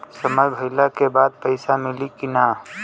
समय भइला के बाद पैसा मिली कि ना?